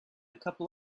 couple